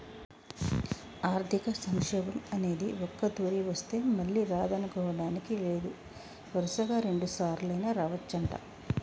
ఆర్థిక సంక్షోభం అనేది ఒక్కతూరి వస్తే మళ్ళీ రాదనుకోడానికి లేదు వరుసగా రెండుసార్లైనా రావచ్చంట